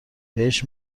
بهش